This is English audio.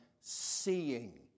seeing